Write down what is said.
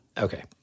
Okay